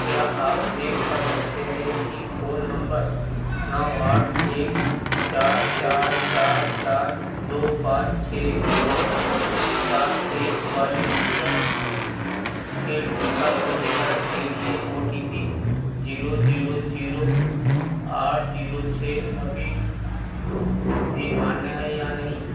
क्या आप चेक कर सकते हैं कि फ़ोन नंबर नौ आठ एक चार चार चार दो पाँच छः सात एक वाले यूज़र के टीका पंजीकरण के लिए O T P zero zero zero आठ जीरो छः अभी भी मान्य है या नहीं